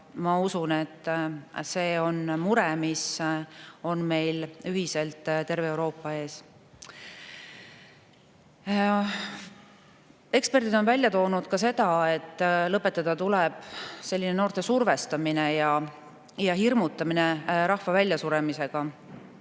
ma usun, et see on mure, mis on meil ühiselt, terve Euroopa ees. Eksperdid on välja toonud ka seda, et lõpetada tuleb noorte survestamine ja hirmutamine rahva väljasuremisega,